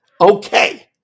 Okay